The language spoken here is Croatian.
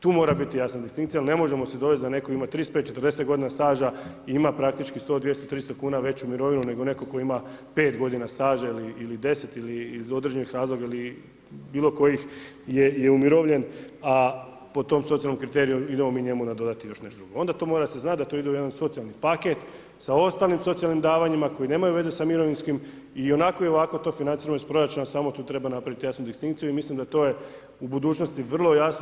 Tu mora biti jasna distinkcija jer ne možemo se dovest da je netko imao 35, 40 godina staža i ima praktički 100, 200, 300 kuna veću mirovinu, nego netko tko ima 5 godina staža ili 10 ili iz određenih razloga ili bilo kojih je umirovljen, a po tom socijalnom kriteriju idemo mi njemu nadodati još nešto drugo, onda to mora se znat da to ide u jedan socijalni paket sa ostalim socijalnim davanjima koji nemaju veze sa mirovinskim, i onako i ovako to financiramo iz proračuna, samo tu treba napravit jasnu distinkciju i mislim da to je u budućnosti vrlo jasno.